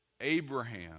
Abraham